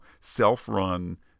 self-run